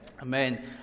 Amen